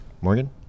Morgan